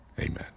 Amen